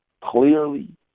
clearly